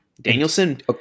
Danielson